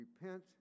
Repent